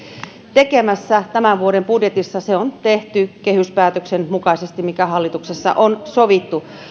tekemässä myös tämän vuoden budjetissa se on tehty kehyspäätöksen mukaisesti mikä hallituksessa on sovittu